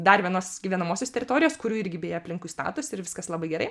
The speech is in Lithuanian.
dar vienos gyvenamosios teritorijos kurių irgi beje aplinkui statosi ir viskas labai gerai